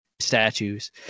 statues